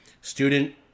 Student